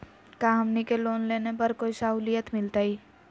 का हमनी के लोन लेने पर कोई साहुलियत मिलतइ?